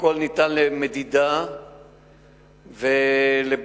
הכול ניתן למדידה ולבדיקה